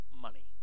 money